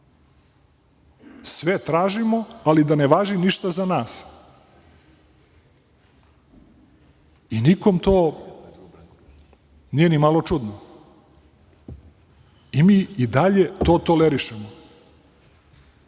Sve tražimo, ali da ne važi ništa za nas. I nikome to nije ni malo čudno. I mi i dalje to tolerišemo.